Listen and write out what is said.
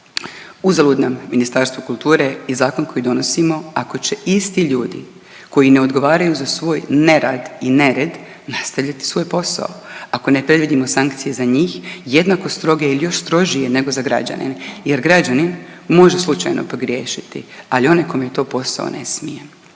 Uzalud nam Ministarstvo kulture i zakon koji donosimo ako će isti ljudi koji ne odgovaraju za svoj nerad i nered nastavljati svoj posao, ako ne predvidimo sankcije za njih, jednako stroge ili još strožije nego za građane, jer građanin može slučajno pogriješiti, ali onaj kome je to posao ne smije.